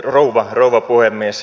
arvoisa rouva puhemies